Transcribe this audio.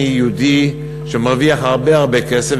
אני יהודי שמרוויח הרבה הרבה כסף,